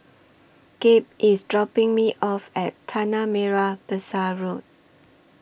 Gabe IS dropping Me off At Tanah Merah Besar Road